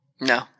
No